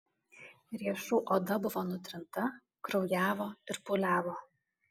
riešų oda buvo nutrinta kraujavo ir pūliavo